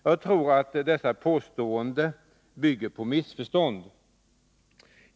Jag tror att dessa påståenden bygger på missförstånd.